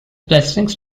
blessings